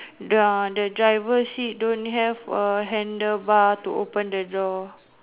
the driver seat don't have handlebar to open the door